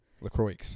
LaCroix